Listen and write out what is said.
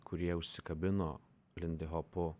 kurie užsikabino lindihopu